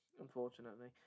unfortunately